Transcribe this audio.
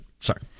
Sorry